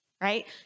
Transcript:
Right